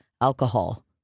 alcohol